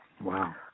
Wow